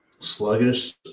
sluggish